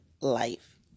life